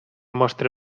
mostre